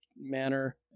manner